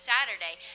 Saturday